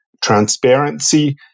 transparency